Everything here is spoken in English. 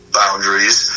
boundaries